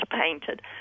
painted